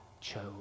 chose